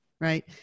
right